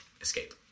escape